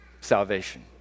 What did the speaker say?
Salvation